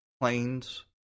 planes